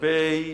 לגבי